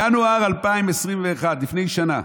ינואר 2021, לפני שנה: